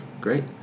Great